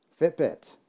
Fitbit